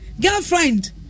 girlfriend